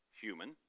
human